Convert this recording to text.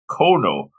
Kono